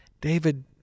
David